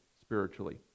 spiritually